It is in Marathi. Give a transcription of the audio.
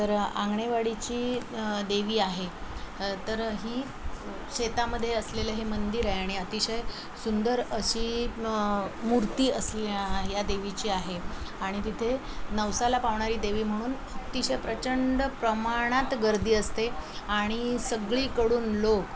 तर आंगणेवाडीची देवी आहे तर ही शेतामध्येे असलेलं हे मंदिर आहे आणि अतिशय सुंदर अशी मूर्ती असल्या या देवीची आहे आणि तिथे नवसाला पावणारी देवी म्हणून अत्तिशय प्रचंड प्रमाणात गर्दी असते आणि सगळीकडून लोक